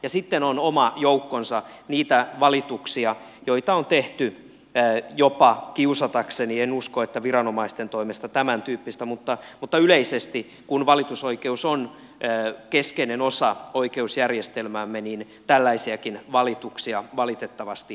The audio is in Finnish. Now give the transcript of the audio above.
ja sitten on oma joukkonsa niitä valituksia joita on tehty jopa kiusatakseen en usko että viranomaisten toimesta tämäntyyppistä mutta yleisesti kun valitusoikeus on keskeinen osa oikeusjärjestelmäämme niin tällaisiakin valituksia valitettavasti näemme